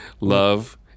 Love